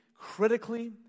critically